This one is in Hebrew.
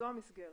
זו המסגרת.